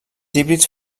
híbrids